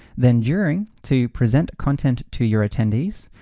then during, to present content to your attendees,